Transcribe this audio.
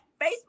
Facebook